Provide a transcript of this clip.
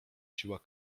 siła